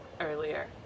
earlier